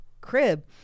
crib